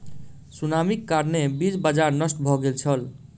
सुनामीक कारणेँ बीज बाजार नष्ट भ गेल छल